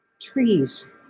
Trees